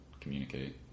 communicate